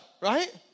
right